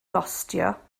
gostio